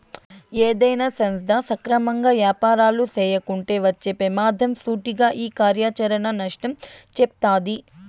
ఏదైనా సంస్థ సక్రమంగా యాపారాలు చేయకుంటే వచ్చే పెమాదం సూటిగా ఈ కార్యాచరణ నష్టం సెప్తాది